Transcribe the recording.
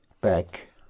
back